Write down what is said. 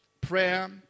Prayer